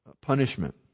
punishment